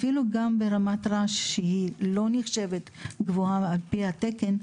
אפילו גם ברמת רעש שלא נחשבת גבוהה על פי התקן,